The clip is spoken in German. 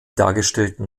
dargestellten